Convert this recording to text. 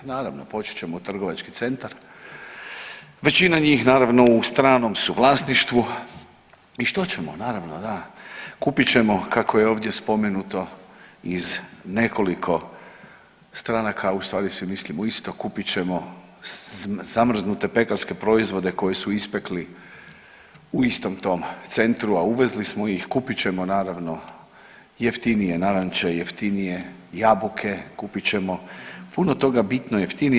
Naravno poći ćemo u trgovački centar, većina njih naravno u stranom su vlasništvu i što ćemo naravno da kupit ćemo kako je ovdje spomenuto iz nekoliko strana, a u stvari si mislimo isto, kupit ćemo zamrznute pekarske proizvode koje su ispekli u istom tom centru, a uvezli smo ih, kupit ćemo naravno jeftinije naranče, jeftinije jabuke, kupit ćemo puno toga bitno jeftinije.